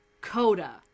Coda